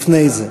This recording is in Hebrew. לפני זה.